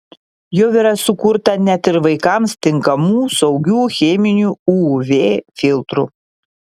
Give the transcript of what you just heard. jau yra sukurta net ir vaikams tinkamų saugių cheminių uv filtrų